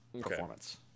performance